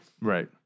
Right